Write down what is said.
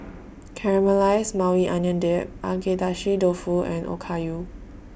Caramelized Maui Onion Dip Agedashi Dofu and Okayu